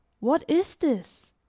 what is this?